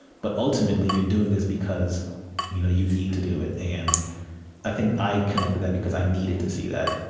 but ultimately, you're doing this because you know you need to do it. and i think i connect to that because i needed to see that.